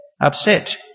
upset